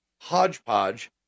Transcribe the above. hodgepodge